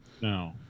no